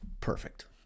perfect